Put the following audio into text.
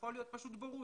יכול להיות פשוט בורות,